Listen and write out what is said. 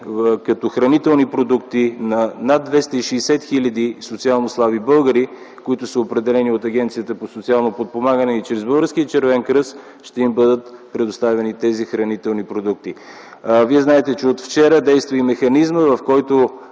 като хранителни продукти на над 260 хил. социално слаби българи, които са определени от Агенцията по социално подпомагане и чрез Български Червен кръст ще им бъдат предоставени тези хранителни продукти. Вие знаете, че от вчера действа и механизмът, по който